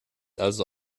also